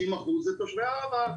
כ-50% זה תושבי הערבה,